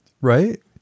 right